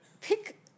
Pick